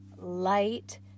Light